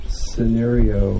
scenario